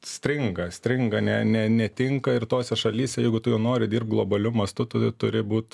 stringa stringa ne ne netinka ir tose šalyse jeigu tu jau nori dirbt globaliu mastu tu turi būt